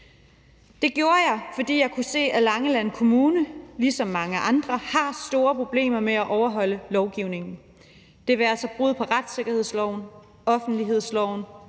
Det gjorde jeg, fordi jeg kunne se, at Langeland Kommune ligesom mange andre har store problemer med at overholde lovgivningen. Det være sig brud på retssikkerhedsloven, offentlighedsloven,